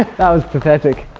that was pathetic